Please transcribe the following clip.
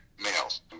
males